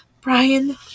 Brian